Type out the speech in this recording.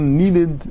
needed